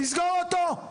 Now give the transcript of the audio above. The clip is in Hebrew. לסגור אותו?